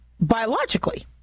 biologically